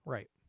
Right